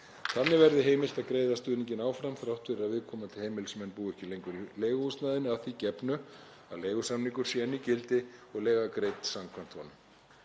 Þannig verði heimilt að greiða stuðninginn áfram þrátt fyrir að viðkomandi heimilismenn búi ekki lengur í leiguhúsnæðinu, að því gefnu að leigusamningur sé enn í gildi og leiga greidd samkvæmt honum.